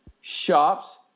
shops